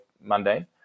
Mundane